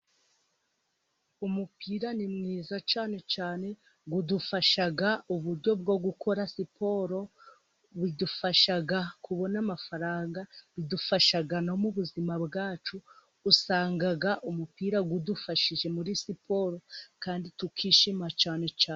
Umupira ni mwiza cyane cyane udufasha uburyo bwo gukora siporo, udufasha kubona amafaranga, udufasha no m'ubuzima bwacu, usanga umupira udufashije muri siporo kandi tukishima cyane cyane.